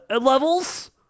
levels